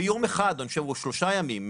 ביום אחד או שלושה ימים,